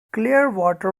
clearwater